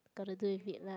got to do with it lah